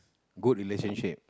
good relationship